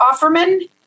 Offerman